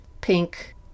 pink